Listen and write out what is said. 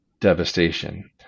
devastation